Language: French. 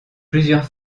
plusieurs